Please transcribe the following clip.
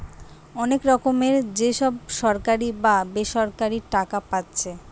অনেক রকমের যে সব সরকারি বা বেসরকারি টাকা পাচ্ছে